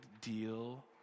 deal